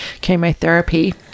chemotherapy